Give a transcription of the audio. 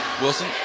Wilson